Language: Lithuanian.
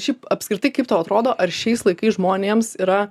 šiaip apskritai kaip tau atrodo ar šiais laikais žmonėms yra